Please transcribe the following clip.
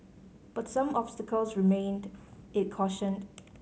but some obstacles remain it cautioned